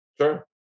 Sure